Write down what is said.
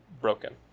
broken